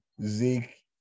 Zeke